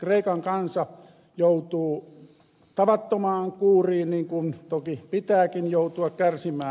kreikan kansa joutuu tavattomaan kuuriin niin kuin toki pitääkin joutua kärsimään